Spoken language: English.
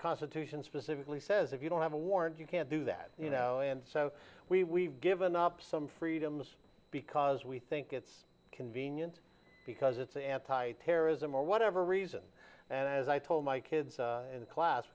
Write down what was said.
constitution specifically says if you don't have a warrant you can't do that you know and so we given up some freedoms because we think it's convenient because it's anti terrorism or whatever reason and as i told my kids in the class